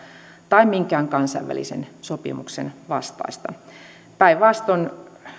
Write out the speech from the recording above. tai minkään kansainvälisen sopimuksen vastainen päinvastoin